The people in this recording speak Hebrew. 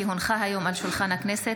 כי הונחה היום על שולחן הכנסת,